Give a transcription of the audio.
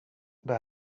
det